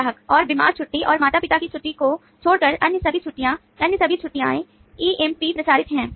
ग्राहक और बीमार छुट्टी और माता पिता की छुट्टी को छोड़कर अन्य सभी छुट्टियां अन्य सभी छुट्टियां ईएमपी प्रचारित हैं